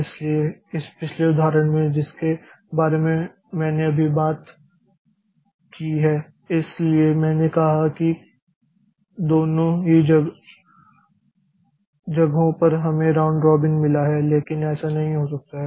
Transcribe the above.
इसलिए इस पिछले उदाहरण में जिसके बारे में मैंने अभी बात की है इसलिए मैंने कहा कि दोनों ही जगहों पर हमें राउंड रॉबिन मिला है लेकिन ऐसा नहीं हो सकता है